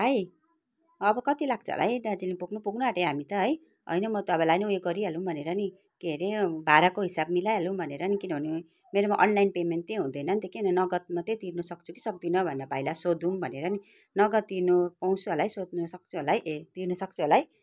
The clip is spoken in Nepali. भाइ अब कति लाग्छ होला है दार्जिलिङ पुग्नु पुग्न आँट्यो हामी त है होइन म तपाईँलाई नि उयो गरिहालौँ भनेर नि के अरे भाडाको हिसाब मिलाइहालौँ भनेर नि किनभने मेरोमा अनलाइन पेमेन्ट नै हुँदैन नि त कि नगद मात्रै तिर्नु सक्छु कि सक्दिन भनेर भाइलाई सोधौँ भनेर नि नगद तिर्नु पाउँछु होला है सोध्न सक्छु होला है ए तिर्नु सक्छु होला है